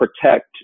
protect